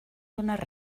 donar